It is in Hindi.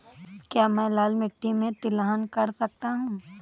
क्या मैं लाल मिट्टी में तिलहन कर सकता हूँ?